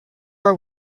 were